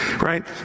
Right